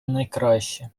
найкраще